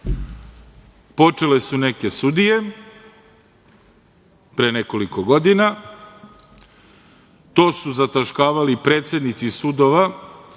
Počele su neke sudije, pre nekoliko godina. To su zataškavali predsednici sudova